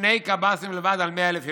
שני קב"סים בלבד על 100,000 ילדים.